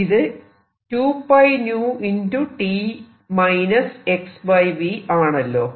ഇത് 2πνt xvആണല്ലോ